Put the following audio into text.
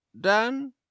Dan